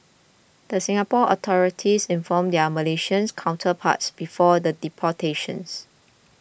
the Singapore authorities informed their Malaysian counterparts before the deportation